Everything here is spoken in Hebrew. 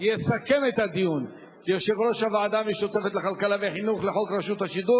יסכם את הדיון יושב-ראש הוועדה המשותפת לכלכלה וחינוך לחוק רשות השידור,